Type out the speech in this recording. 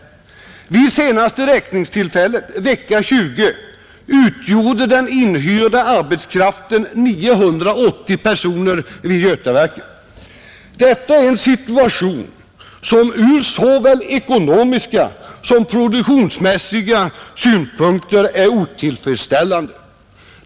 Vid senaste räkningstillfället — vecka 20 — utgjorde den inhyrda arbetskraften 980 personer vid Götaverken, Detta är en situation som ur såväl ekonomiska som produktionsmässiga synpunkter är otillfredsställande.